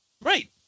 right